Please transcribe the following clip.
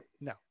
no